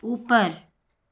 ऊपर